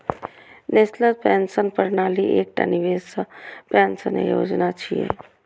national pension प्रणाली एकटा निवेश सह पेंशन योजना छियै